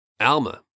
Alma